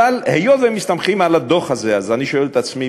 אבל היות שמסתכלים על הדוח הזה אני שואל את עצמי,